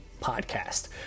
podcast